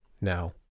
Now